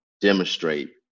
demonstrate